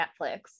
Netflix